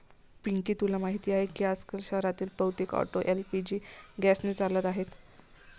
पिंकी तुला माहीत आहे की आजकाल शहरातील बहुतेक ऑटो एल.पी.जी गॅसने चालत आहेत